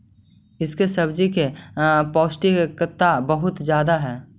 इसके सब्जी में पौष्टिकता बहुत ज्यादे हई